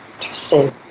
Interesting